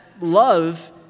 love